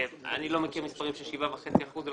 אני לא מכיר מספרים של 7.5 אחוזים.